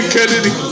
Kennedy